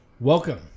Welcome